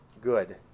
good